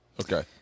Okay